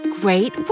Great